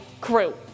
crew